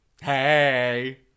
Hey